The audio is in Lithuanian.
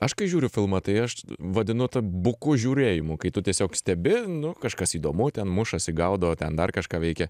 aš kai žiūriu filmą tai aš vadinu buku žiūrėjimu kai tu tiesiog stebi nu kažkas įdomu ten mušasi gaudo o ten dar kažką veikia